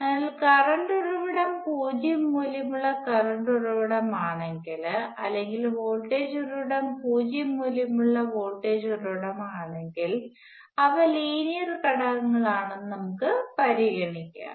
അതിനാൽ കറണ്ട് ഉറവിടം പൂജ്യം മൂല്യമുള്ള കറണ്ട് ഉറവിടമാണെങ്കിൽ അല്ലെങ്കിൽ വോൾട്ടേജ് ഉറവിടം പൂജ്യ മൂല്യമുള്ള വോൾട്ടേജ് ഉറവിടമാണെങ്കിൽ അവ ലീനിയർ ഘടകങ്ങളാണെന്ന് നമ്മുക്ക് പരിഗണിക്കാം